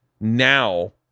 now